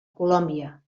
colòmbia